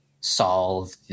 solve